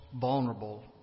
vulnerable